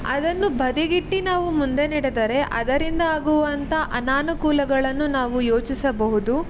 ಅದನ್ನು ಬದಿಗಿಟ್ಟು ನಾವು ಮುಂದೆ ನಡೆದರೆ ಅದರಿಂದಾಗುವಂಥ ಅನಾನುಕೂಲಗಳನ್ನು ನಾವು ಯೋಚಿಸಬಹುದು